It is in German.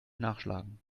nachschlagen